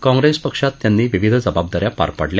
कांप्रेस पक्षातही त्यांनी विविध जबाबदाऱ्या पार पडल्या